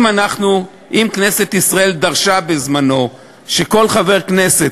אם כנסת ישראל דרשה בזמנו שכל חבר כנסת,